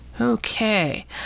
Okay